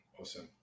Awesome